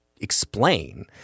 explain